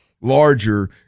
larger